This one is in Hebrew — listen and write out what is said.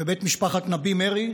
בבית משפחת נביה מרעי,